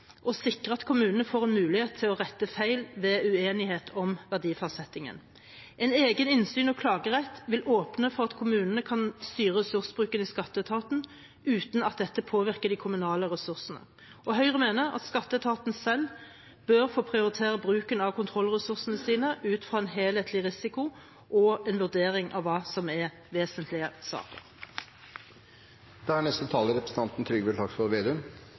sikre at kommunene får en mulighet til å rette feil ved uenighet om verdsettingen. En egen innsyns- og klagerett vil åpne for at kommunene kan styre ressursbruken i skatteetaten uten at dette påvirker de kommunale ressursene. Høyre mener at skatteetaten selv bør få prioritere bruken av kontrollressursene sine ut fra en helhetlig risikovurdering og en vurdering av hva som er vesentlige saker.